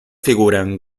figuran